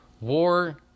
war